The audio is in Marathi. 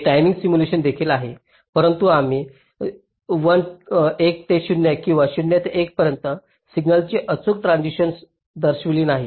हे टायमिंग सिम्युलेशन देखील आहे परंतु आम्ही 1 ते 0 किंवा 0 ते 1 पर्यंत सिग्नलची अचूक ट्रान्सिशन्स दर्शवित नाही